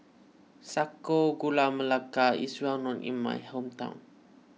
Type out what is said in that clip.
Sago Gula Melaka is well known in my hometown